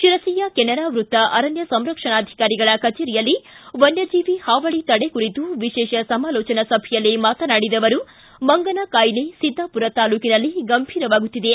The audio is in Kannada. ಶಿರಸಿಯ ಕೆನರಾ ವೃತ್ತ ಅರಣ್ಯ ಸಂರಕ್ಷಣಾಧಿಕಾರಿಗಳ ಕಛೇರಿಯಲ್ಲಿ ವನ್ನ ಜೀವಿ ಹಾವಳಿ ತಡೆ ಕುರಿತು ವಿಶೇಷ ಸಮಾಲೋಚನಾ ಸಭೆಯಲ್ಲಿ ಮಾತನಾಡಿದ ಅವರು ಮಂಗನ ಕಾಯಿಲೆ ಸಿದ್ದಾಪುರ ತಾಲೂಕಿನಲ್ಲಿ ಗಂಭೀರವಾಗುತ್ತಿದೆ